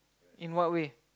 in what way